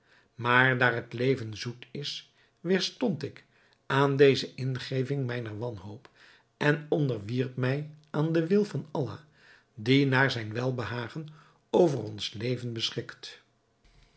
maar daar het leven zoet is weêrstond ik aan deze ingeving mijner wanhoop en onderwierp mij aan den wil van allah die naar zijn welbehagen over ons leven beschikt